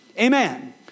Amen